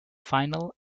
final